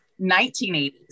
1980s